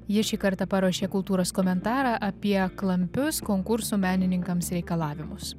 ji šį kartą paruošė kultūros komentarą apie klampius konkursų menininkams reikalavimus